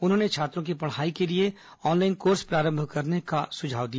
उन्होंने छात्रों की पढ़ाई के लिए ऑनलाईन कोर्स प्रारंभ करने का सज्ञाव दिया